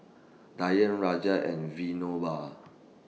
Dhyan Raja and Vinoba